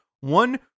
one